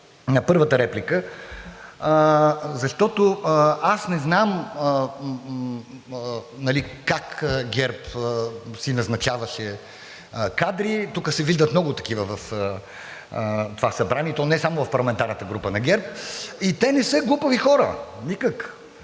на първата реплика, защото аз не знам как ГЕРБ си назначаваше кадри. Тук се виждат много такива в това Събрание, и то не само в парламентарната група на ГЕРБ, и те не са глупави хора – никак,